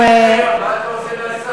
מה אתה רוצה מהשר?